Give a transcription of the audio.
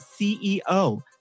CEO